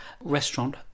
Restaurant